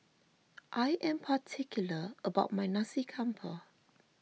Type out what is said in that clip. I am particular about my Nasi Campur